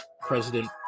President